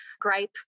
gripe